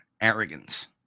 arrogance